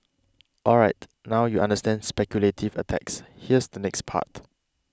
alright now you understand speculative attacks here's the next part